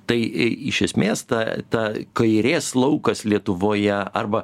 tai iš esmės ta ta kairės laukas lietuvoje arba